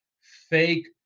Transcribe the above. fake